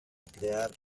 crear